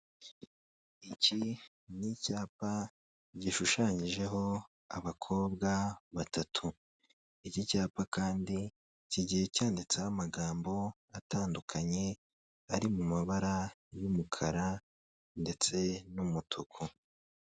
Iki ni icyapa gishushanyijeho abakobwa batatu, iki cyapa kandi kigiye cyanditseho amagambo atandukanye ari mu mabara y'umukara ndetse n'umutuku.